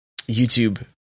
YouTube